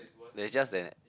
there's just that